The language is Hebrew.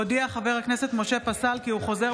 הודיע חבר הכנסת משה פסל כי הוא חוזר